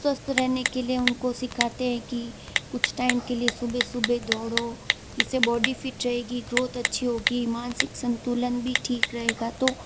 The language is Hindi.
स्वस्थ रहने के लिए उनको सिखाते हैं कि कुछ टाइम के लिए सुबह सुबह दौड़ो इस से बॉडी फिट रहेगी ग्रोथ अच्छी होगी मानसिक संतुलन भी ठीक रहेगा तो